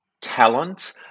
talent